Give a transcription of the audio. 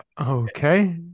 okay